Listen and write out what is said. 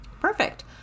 Perfect